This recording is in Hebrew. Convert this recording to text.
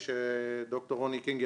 כשאני מרים טלפון,